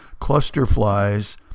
clusterflies